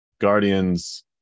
Guardians